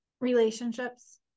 relationships